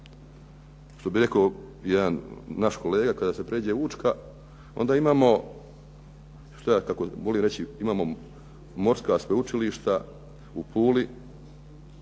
što bi rekao jedan naš kolega kada se pređe Učka onda imamo, što ja tako volim reći, imamo morska sveučilišta u Puli,